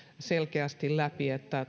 selkeästi läpi